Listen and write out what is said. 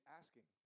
asking